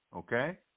Okay